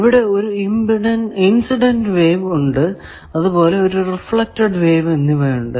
ഇവിടെ ഒരു incident wave അതുപോലെ ഒരു റിഫ്ലെക്ടഡ് വേവ് എന്നിവ ഉണ്ട്